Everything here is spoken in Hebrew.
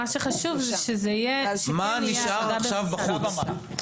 מה נשאר עכשיו בחוץ?